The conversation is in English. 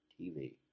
TV